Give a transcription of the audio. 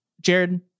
Jared